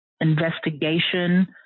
investigation